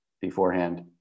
beforehand